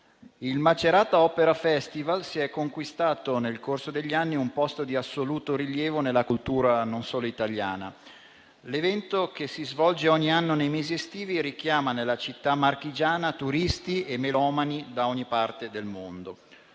il Macerata Opera Festival si è conquistato nel corso degli anni un posto di assoluto rilievo nella cultura non solo italiana. L'evento, che si svolge ogni anno nei mesi estivi, richiama nella città marchigiana turisti e melomani da ogni parte del mondo.